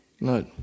No